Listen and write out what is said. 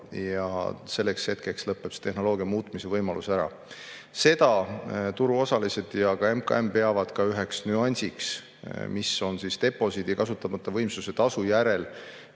ja selleks hetkeks lõpeb see tehnoloogia muutmise võimalus ära. Seda peavad turuosalised ja ka MKM üheks nüansiks, mis deposiidi ja kasutamata võimsuse tasu järel